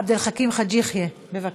עבד אל חכים חאג' יחיא, בבקשה.